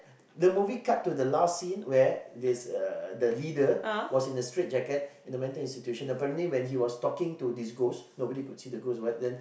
the movie cut to the last scene where this uh the leader was in the straight jacket in the mental institution apparently when he was talking to this ghost nobody could see the ghost what then